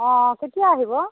অঁ কেতিয়া আহিব